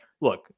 look